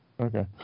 Okay